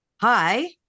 Hi